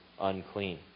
unclean